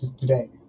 today